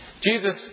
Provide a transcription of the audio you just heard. Jesus